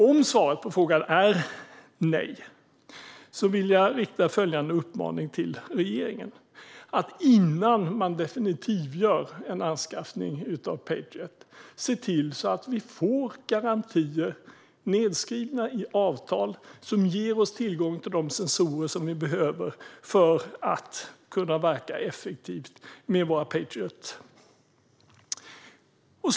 Om svaret på frågan är nej, vill jag rikta följande uppmaning till regeringen, nämligen att man innan man definitivt gör en anskaffning av Patriot ser till att vi får garantier nedskrivna i avtal som ger oss tillgång till de sensorer som vi behöver för att kunna verka effektivt med Patriot.